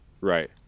Right